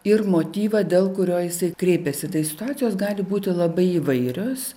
ir motyvą dėl kurio jisai kreipiasi tai situacijos gali būti labai įvairios